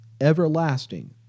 Everlasting